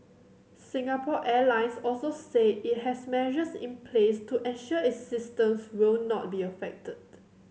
Singapore Airlines also said it has measures in place to ensure its systems will not be affected